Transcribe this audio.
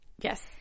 Yes